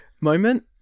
moment